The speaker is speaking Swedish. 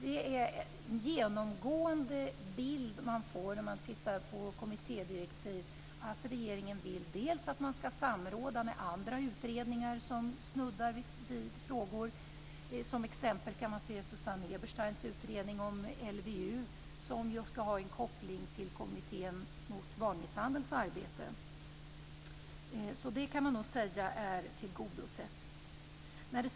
Det är en genomgående bild man får när man tittar på kommittédirektiv att regeringen vill att man ska samråda med andra utredningar som snuddar vid samma frågor. Som exempel kan jag nämna Susanne Ebersteins utredning om LVU. Den ska ha en koppling till det arbete som Kommittén mot barnmisshandel bedriver. Man kan nog säga att det är tillgodosett.